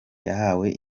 yahawe